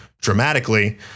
dramatically